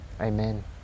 Amen